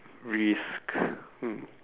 risk hmm